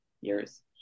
years